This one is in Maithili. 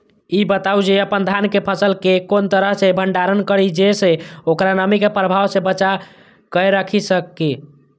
ई बताऊ जे अपन धान के फसल केय कोन तरह सं भंडारण करि जेय सं ओकरा नमी के प्रभाव सं बचा कय राखि सकी?